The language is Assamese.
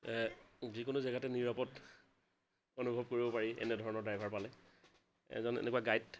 যিকোনো জেগাতে নিৰাপদ অনুভৱ কৰিব পাৰি এনে ধৰণৰ ড্ৰাইভাৰ পালে এজন এনেকুৱা গাইড